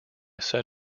set